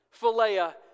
philea